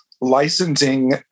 licensing